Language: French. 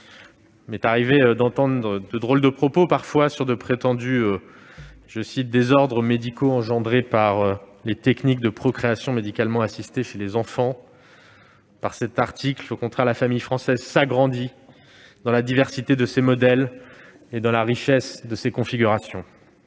Il m'est arrivé d'entendre de drôles de propos sur de prétendus « désordres médicaux engendrés par les techniques de procréation médicalement assistée chez les enfants ». Par cet article, au contraire, la famille française s'agrandit, dans la diversité de ses modèles et dans la richesse de ses configurations.